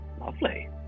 Lovely